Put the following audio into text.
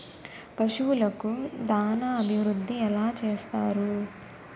పశువులకు దాన అభివృద్ధి ఎలా చేస్తారు?